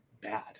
bad